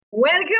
Welcome